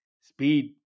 speed